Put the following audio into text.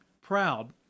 proud